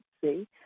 see